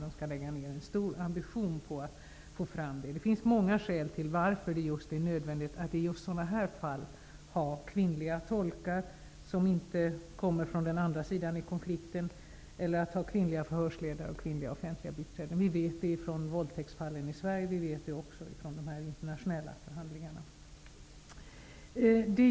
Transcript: De skall lägga ned en stor ambition i det arbetet. Det finns många skäl till att det är nödvändigt att i just sådana här fall ha kvinnliga tolkar, som inte kommer från den andra sidan i konflikten, eller att ha kvinnliga förhörsledare och kvinnliga offentliga biträden. Vi vet det från våldtäktsfall i Sverige, och vi vet det också från de internationella förhandlingarna.